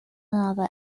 another